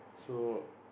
so